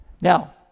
Now